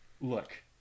Look